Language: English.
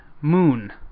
Moon